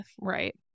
Right